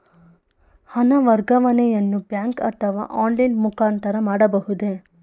ಹಣ ವರ್ಗಾವಣೆಯನ್ನು ಬ್ಯಾಂಕ್ ಅಥವಾ ಆನ್ಲೈನ್ ಮುಖಾಂತರ ಮಾಡಬಹುದೇ?